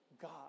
God